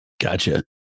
Gotcha